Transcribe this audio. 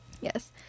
yes